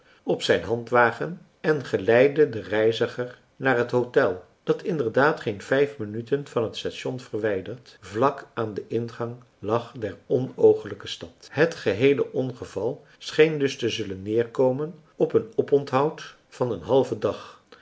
op zijn handwagen en gemarcellus emants een drietal novellen leidde den reiziger naar het hôtel dat inderdaad geen vijf minuten van het station verwijderd vlak aan den ingang lag der onooglijke stad het geheele ongeval scheen dus te zullen neerkomen op een oponthoud van een halven dag